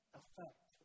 effect